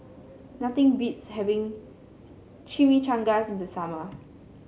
nothing beats having Chimichangas in the summer